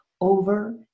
over